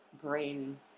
brain